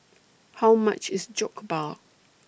How much IS Jokbal